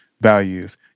values